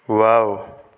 wow